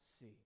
see